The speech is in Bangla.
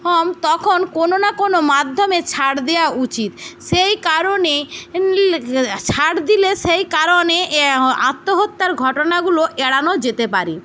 কম তখন কোনো না কোনো মাধ্যমে ছাড় দেওয়া উচিত সেই কারণে ছাড় দিলে সেই কারণে এ আত্মহত্যার ঘটনাগুলো এড়ানো যেতে পারে